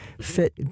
fit